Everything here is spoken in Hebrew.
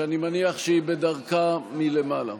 שאני מניח שהיא בדרכה מלמעלה,